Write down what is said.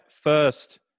first